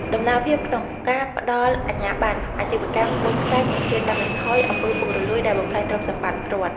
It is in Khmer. តម្លាភាពក្នុងការផ្តល់អាជ្ញាបណ្ណអាជីវកម្មបូមខ្សាច់នឹងជួយកាត់បន្ថយអំពើពុករលួយដែលបំផ្លាញទ្រព្យសម្បត្តិរដ្ឋ។